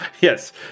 yes